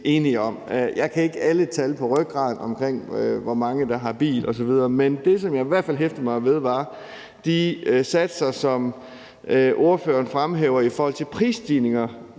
enige om. Jeg kan ikke alle tal på rygraden om, hvor mange der har bil osv., men det, som jeg i hvert fald hæftede mig ved, var de satser, som ordføreren fremhæver i forhold til prisstigninger.